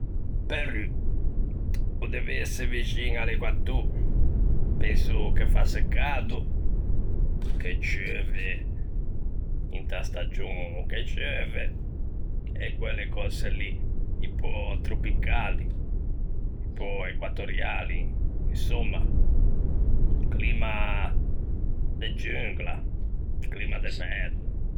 Perù, o dev'ëse vixin à l'Equatô, penso che fasse cado, che ceuve inta stagion che ceuve, e quelle cöse lì un pö tropicali un pö equatoriali, insomma, climme de jungla, climma de merda.